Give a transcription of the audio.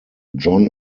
john